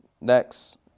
Next